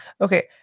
okay